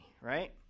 right